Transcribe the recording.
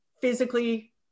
physically